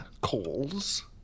calls